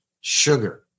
sugar